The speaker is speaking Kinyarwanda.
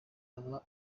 aba